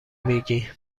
میگی